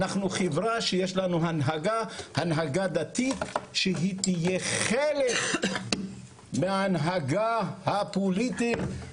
אנחנו חברה עם הנהגה דתית שהיא תהיה חלק מההנהגה הפוליטית,